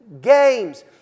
games